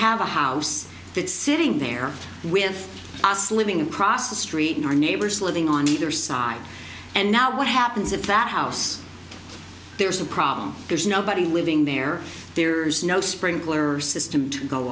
have a house that's sitting there with us living across the street in our neighbors living on either side and now what happens if that house there's a problem there's nobody living there there's no sprinkler system to go